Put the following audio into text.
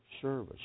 service